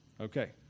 Okay